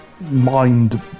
Mind